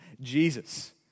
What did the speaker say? Jesus